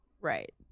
right